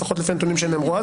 לפחות לפי הנתונים שנאמרו אז,